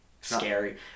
scary